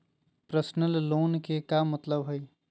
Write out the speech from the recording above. Personal loan के का मतलब हई?